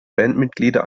bandmitglieder